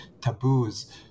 taboos